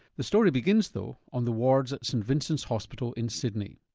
the story begins though on the wards at st vincent's hospital in sydney.